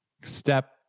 step